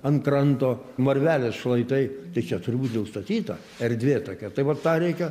ant kranto marvelės šlaitai tai čia turi būt neužstatyta erdvė tokia tai vat tą reikia